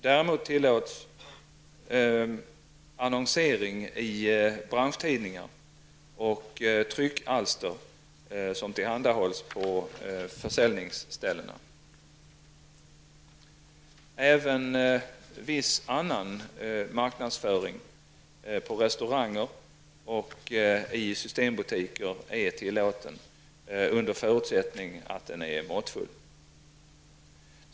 Däremot tillåts annonsering i branschtidningar och tryckalster som tillhandahålls på försäljningsställen. Även viss annan marknadsföring på restauranger och i systembutiker är tillåten under förutsättning att den är måttfull.